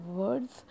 words